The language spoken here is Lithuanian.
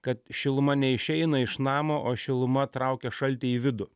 kad šiluma neišeina iš namo o šiluma traukia šaltį į vidų